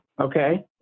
okay